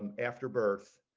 and after birth.